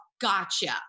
gotcha